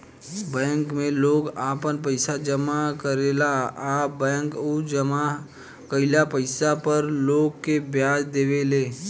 bank में लोग आपन पइसा जामा करेला आ बैंक उ जामा कईल पइसा पर लोग के ब्याज देवे ले